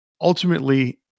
ultimately